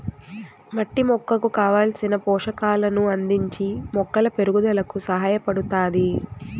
మట్టి మొక్కకు కావలసిన పోషకాలను అందించి మొక్కల పెరుగుదలకు సహాయపడుతాది